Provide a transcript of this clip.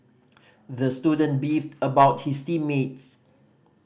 the student beefed about his team mates